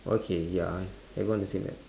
okay ya everyone the same then